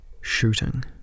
shooting